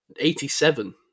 87